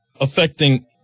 affecting